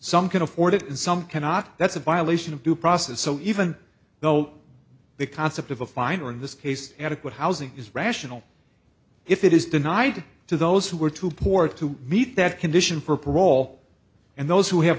some can afford it and some cannot that's a violation of due process so even though the concept of a fine or in this case adequate housing is rational if it is denied to those who are too poor to meet that condition for parole and those who have